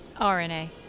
rna